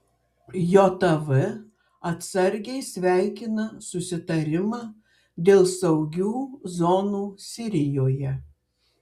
jav atsargiai sveikina susitarimą dėl saugių zonų sirijoje